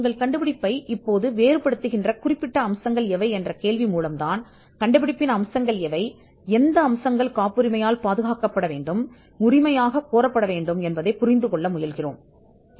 உங்கள் கண்டுபிடிப்பை இப்போது வேறுபடுத்துகின்ற குறிப்பிட்ட அம்சங்கள் குறிப்பிட்ட அம்சங்கள் அங்கு கண்டுபிடிப்பு அம்சங்களையும் காப்புரிமை பெற வேண்டியவற்றையும் புரிந்து கொள்ள முயற்சிக்கிறோம் அது கோரப்பட வேண்டும்